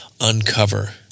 uncover